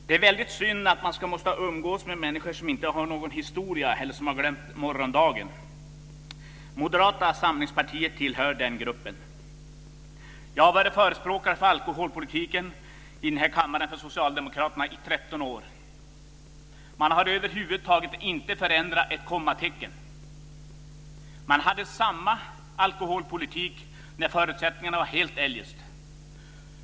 Det är väldigt synd att man måste umgås med människor som inte har någon historia eller som har glömt morgondagen. Moderata samlingspartiet tillhör den gruppen. Jag har varit förespråkare för alkoholpolitiken för socialdemokraterna i denna kammare i 13 år. Moderaterna har över huvud taget inte förändrat ett kommatecken. De hade samma alkoholpolitik när förutsättningarna var helt annorlunda.